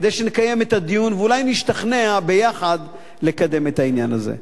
כדי שנקיים את הדיון ואולי נשתכנע ביחד לקדם את העניין הזה.